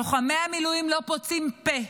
לוחמי המילואים לא פוצים פה.